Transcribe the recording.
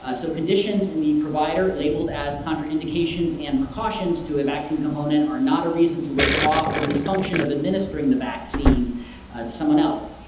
ah so, conditions in the provider labeled as contraindications and precautions to a vaccine component are not a reason to withdraw from this function of administering the vaccine to someone else.